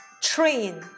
Train